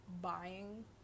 buying